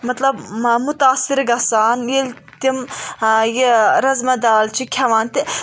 مطلب مُتاثر گَژھان ییٚلہِ تِم یہِ رزما دال چھِ کھٮ۪وان تہٕ